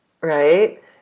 right